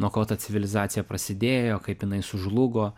nuo ko ta civilizacija prasidėjo kaip jinai sužlugo